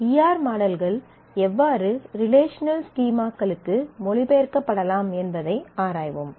ஈ R மாடல்கள் எவ்வாறு relational ஸ்கீமாகளுக்கு மொழிபெயர்க்கப்படலாம் என்பதை ஆராய்வோம்